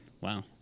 Wow